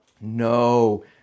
No